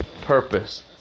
purpose